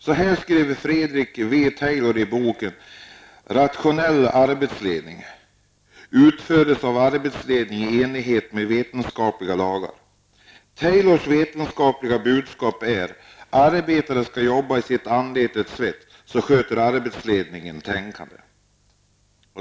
Så här skrev Frederich W Taylor i boken Rationell arbetsledning: ''Rationell arbetsledning utföres av arbetsledningen i enlighet med vetenskapliga lagar.'' Taylors ''vetenskapliga'' budskap är: Arbetarens skall jobba i sitt anletes svett, så sköter arbetsledningen tänkandet.